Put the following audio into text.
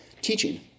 Teaching